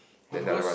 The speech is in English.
oh because